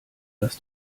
das